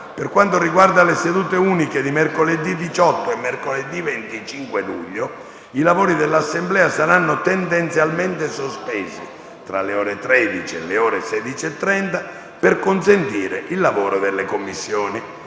Per quanto riguarda le sedute uniche di mercoledì 18 e mercoledì 25 luglio, i lavori dell'Assemblea saranno tendenzialmente sospesi tra le ore 13 e le ore 16,30 per consentire il lavoro delle Commissioni.